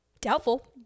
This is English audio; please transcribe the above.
Doubtful